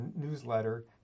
newsletter